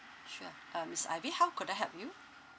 sure um miss ivy how could I help you